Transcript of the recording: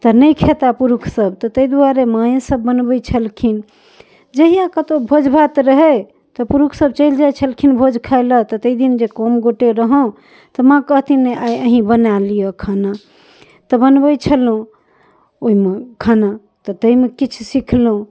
तऽ नहि खेताह पुरुखसब तऽ ताहि दुआरे माँएसब बनबै छलखिन जहिआ कतहु भोजभात रहै तऽ पुरुखसब चलि जाइ छलखिन भोज खाइलए तऽ ताहि दिन जे कम गोटे रहौं तऽ माँ कहथिन नहि आइ अहीँ बना लिअऽ खाना तऽ बनबै छलहुँ ओहिमे खाना तऽ ताहिमे किछु सिखलहुँ